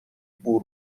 بور